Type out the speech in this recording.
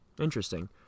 Interesting